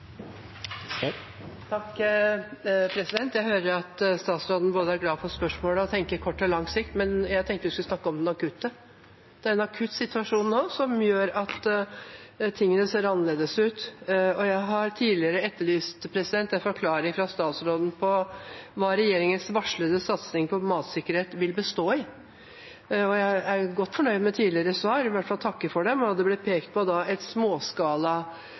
Jeg hører at statsråden er glad for spørsmålet og tenker både på kort og lang sikt, men jeg tenkte jeg skulle snakke om den situasjonen nå, som gjør at tingene ser annerledes ut. Jeg har tidligere etterlyst en forklaring fra statsråden på hva regjeringens varslede satsing på matsikkerhet vil bestå i. Jeg er godt fornøyd med tidligere svar, jeg vil i hvert fall takke for dem, og det ble pekt på et småskala